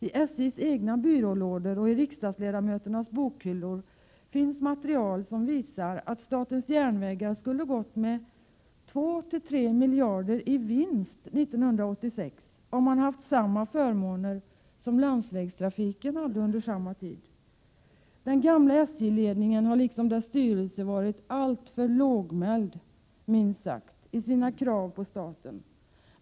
I SJ:s egna byrålådor och i riksdagsledamöternas bokhyllor finns material som visar att statens järnvägar skulle ha gått med 2-3 miljarder i vinst 1986 om man haft samma förmåner som landsvägstrafiken hade under samma tid. Den gamla SJ-ledningen har, liksom dess styrelse, varit alltför lågmäld, minst sagt, i sina krav på staten.